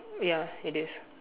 ya it is